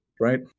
Right